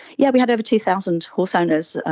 yeah we had over two thousand horse owners,